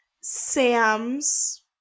Sam's